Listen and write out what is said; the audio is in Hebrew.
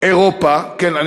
אירופה כן,